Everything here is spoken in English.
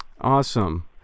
Awesome